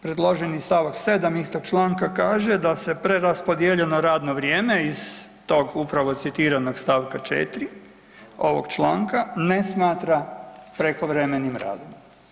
Predloženi st. 7. istog članka kaže da se preraspodijeljeno radno vrijeme iz tog upravo citiranog st. 4. ovog članka ne smatra prekovremenim radom.